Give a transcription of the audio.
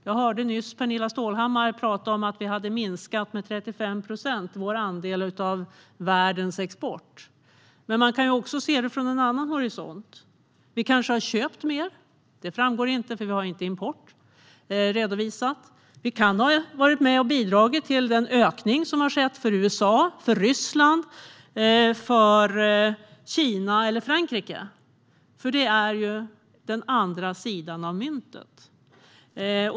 Jag hörde nyss Pernilla Stålhammar tala om att vi har minskat vår andel av världens export med 35 procent. När vi talar om siffror är det intressant att se det hela från en annan horisont. Vi har kanske köpt mer? Det framgår inte, för importen redovisas inte. Vi kan ha varit med och bidragit till den ökning som har skett för USA, Ryssland, Kina eller Frankrike. Detta är ju den andra sidan av myntet.